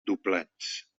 doblats